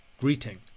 Greeting